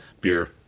Beer